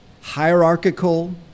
hierarchical